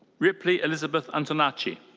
ripley elizabeth antonacci.